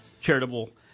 charitable